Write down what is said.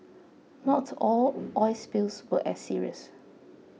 not all oil spills were as serious